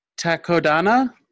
Takodana